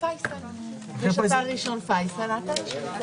אומרת פה חברת הכנסת יעל רון בן משה שיש גם במזרע אתר של הבהאיים.